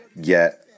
get